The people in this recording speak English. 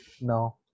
No